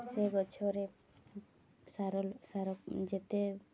ସେ ଗଛରେ ସାର ସାର ଯେତେ